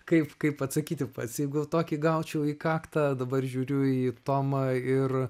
kaip kaip atsakyti pats jeigu tokį gaučiau į kaktą dabar žiūriu į tomą ir